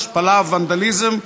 השפלה וונדליזם,